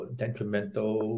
detrimental